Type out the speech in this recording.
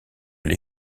les